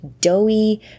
doughy